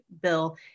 bill